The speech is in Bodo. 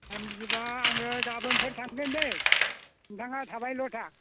दे बिदिबा आङो गाबोनफोर थांगोन दै नोंथाङा थाबायल' था